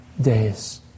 days